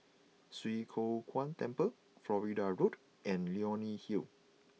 Swee Kow Kuan Temple Florida Road and Leonie Hill